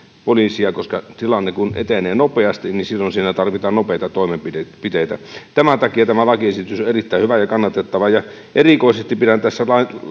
poliisia koska kun tilanne etenee nopeasti niin silloin siinä tarvitaan nopeita toimenpiteitä tämän takia tämä lakiesitys on erittäin hyvä ja kannatettava erikoisesti pidän tässä